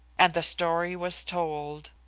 and the story was told.